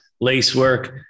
Lacework